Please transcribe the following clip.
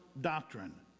doctrine